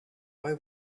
why